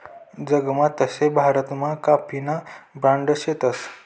जगमा तशे भारतमा काफीना ब्रांड शेतस